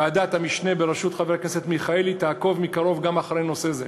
ועדת המשנה בראשות חבר הכנסת מיכאלי תעקוב מקרוב גם אחרי נושא זה.